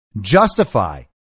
justify